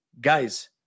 guys